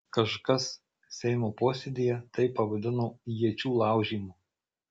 kažkas seimo posėdyje tai pavadino iečių laužymu